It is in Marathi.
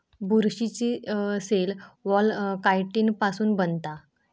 बुरशीची सेल वॉल कायटिन पासुन बनता